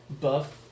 buff